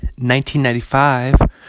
1995